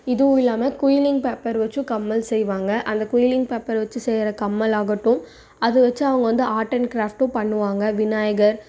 இதுவும் இல்லாமல் quilling paper வச்சும் கம்மல் செய்வாங்க அந்த குயிலிங் பேப்பர் வச்சி செய்கிற கம்மல் ஆகட்டும் அதை வச்சி அவங்க வந்து ஆர்ட் அண்ட் கிராஃப்ட்டும் பண்ணுவாங்க விநாயகர்